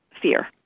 fear